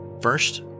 First